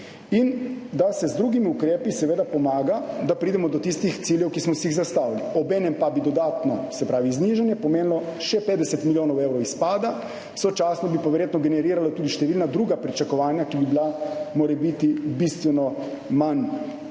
in da se z drugimi ukrepi pomaga, da pridemo do tistih ciljev, ki smo si jih zastavili. Obenem pa bi dodatno znižanje pomenilo še 50 milijonov evrov izpada. Sočasno pa bi to verjetno generiralo tudi številna druga pričakovanja, ki bi bila morebiti bistveno manj